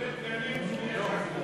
שני דגלים של יש עתיד.